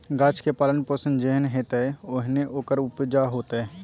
गाछक पालन पोषण जेहन हेतै ओहने ओकर उपजा हेतै